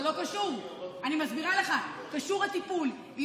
לא קשור ללהט"בים, אבל לא קשור.